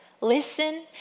listen